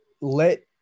let